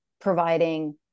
providing